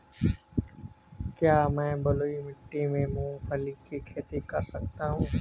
क्या मैं बलुई मिट्टी में मूंगफली की खेती कर सकता हूँ?